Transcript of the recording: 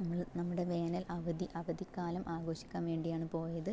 നമ്മള് നമ്മുടെ വേനൽ അവധി അവധിക്കാലം ആഘോഷിക്കാൻ വേണ്ടിയാണ് പോയത്